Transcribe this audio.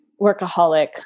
workaholic